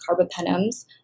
carbapenems